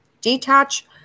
Detach